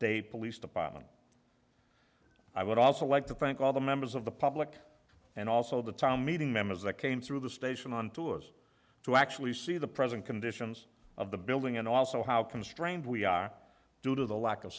day police department i would also like to thank all the members of the public and also the town meeting members that came through the station on to us to actually see the present conditions of the building and also how constrained we are due to the lack of